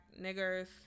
niggers